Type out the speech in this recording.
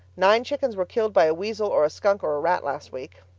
nine chickens were killed by a weasel or a skunk or a rat last week.